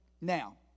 now